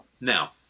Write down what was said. Now